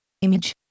Image